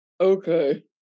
Okay